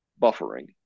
buffering